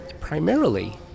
Primarily